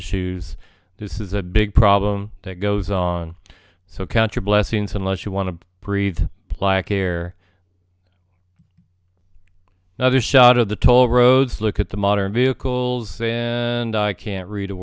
issues this is a big problem that goes on so count your blessings unless you want to breed plaque here another shot of the toll roads look at the modern vehicles and i can't read a